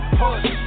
push